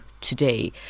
today